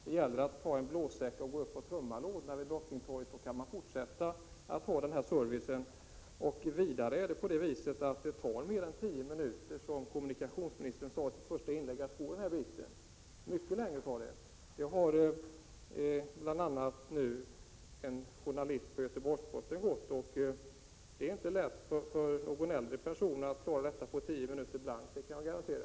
Det gäller bara att ta en blåsäck och gå upp och tömma lådorna vid Drottningtorget, så kan man fortsätta att ge samma service som tidigare. Vidare tar det mer än de tio minuter som kommunikationsministern talade om i sitt första inlägg att gå den här sträckan. Det tar mycket längre tid. Denna sträcka har bl.a. en journalist på Göteborgsposten provgått. Det är inte lätt för en äldre person att klara denna väg på tio minuter, det kan jag garantera.